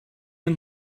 and